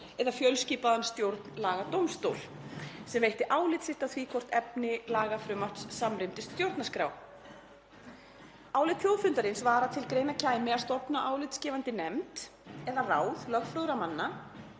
eða fjölskipaðan stjórnlagadómstól sem veitti álit sitt á því hvort efni lagafrumvarps samrýmdist stjórnarskrá. Álit þjóðfundarins var að til greina kæmi að stofna álitsgefandi nefnd eða ráð lögfróðra manna